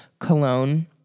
Cologne